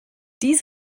dies